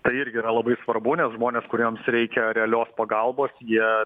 tai irgi yra labai svarbu nes žmonės kuriems reikia realios pagalbos jie